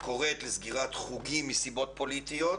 קוראת לסגירת חוגים מסיבות פוליטיות